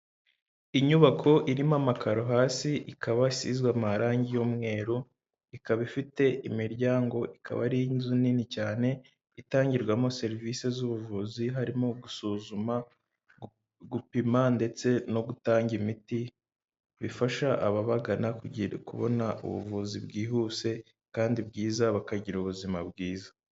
Inyubako irimo amakaro hasi, ikaba isizwe amarangi y'umweru, ikaba ifite imiryango, ikaba ari inzu nini cyane itangirwamo serivisi z'ubuvuzi, harimo gusuzuma, gupima ndetse no gutanga imiti, bifasha ababagana kubona ubuvuzi bwihuse kandi bwiza, bakagira ubuzima bwiza.